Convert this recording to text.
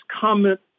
comment